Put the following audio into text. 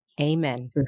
Amen